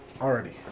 Already